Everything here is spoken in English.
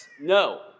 No